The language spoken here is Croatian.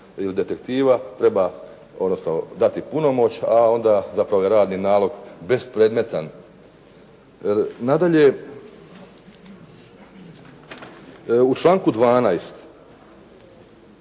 ili detektiva treba, odnosno dati punomoć, a onda, zapravo je radni nalog bespredmetan. Nadalje, u članku 12.